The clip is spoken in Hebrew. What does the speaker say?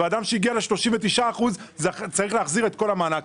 ואדם שהגיע ל-39% צריך להחזיר את כל המענק.